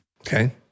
Okay